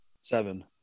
seven